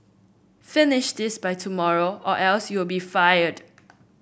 finish this by tomorrow or else you'll be fired